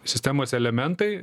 sistemos elementai